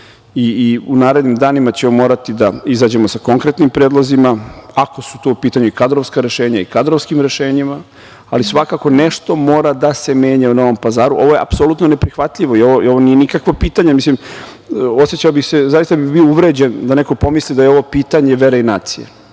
i u narednim danima ćemo morati da izađemo sa konkretnim predlozima, ako su tu u pitanju kadrovska rešenja - i kadrovskim rešenjima, ali svakako nešto mora da se menja u Novom Pazaru. Ovo je apsolutno neprihvatljivo. Nije ovo nikakvo pitanje vere i nacije, zaista bih bio uvređen da neko pomisli da je ovo pitanje vere i nacije.